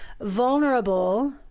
vulnerable